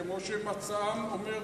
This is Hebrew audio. כמו שמצעם אומר,